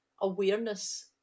awareness